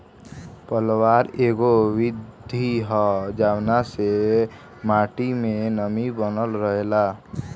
पलवार एगो विधि ह जवना से माटी मे नमी बनल रहेला